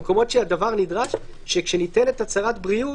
במקומות שהדבר נדרש, שכאשר ניתנת הצהרת בריאות,